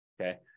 okay